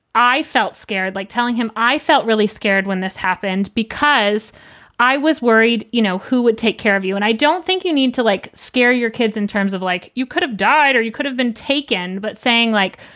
i felt scared, like telling him. i felt really scared when this happened because i was worried, you know, who would take care of you and i don't think you need to, like, scare your kids in terms of, like, you could have died or you could have been taken, but saying, like,